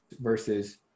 versus